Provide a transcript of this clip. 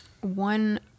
one